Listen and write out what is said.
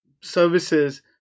services